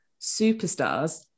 superstars